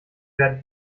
werden